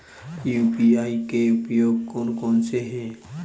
UPI के उपयोग कौन कौन से हैं?